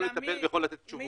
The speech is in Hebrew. יכול לטפל ולתת תשובות.